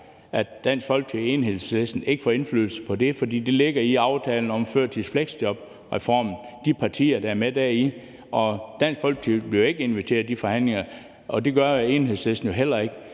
at Dansk Folkeparti og Enhedslisten ikke får indflydelse på det, fordi det ligger i aftalen om førtids- og fleksjobreformen blandt de partier, der er med deri. Og Dansk Folkeparti bliver ikke inviteret til de forhandlinger, og det gør Enhedslisten jo heller ikke.